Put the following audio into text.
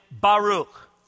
Baruch